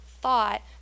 thought